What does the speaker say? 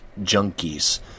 junkies